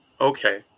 Okay